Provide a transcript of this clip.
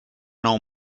nou